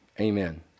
Amen